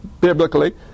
biblically